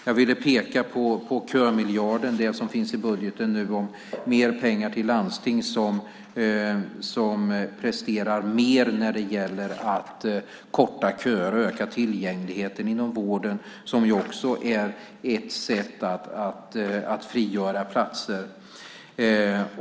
Jag ville peka på kömiljarden som finns i budgeten nu och ger mer pengar till landsting som presterar mer när det gäller att korta köer och öka tillgängligheten inom vården, vilket också är ett sätt att frigöra platser.